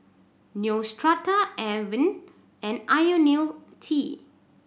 Neostrata Avene and Ionil T